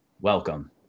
Welcome